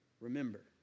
Remember